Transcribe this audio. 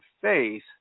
faith